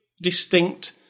distinct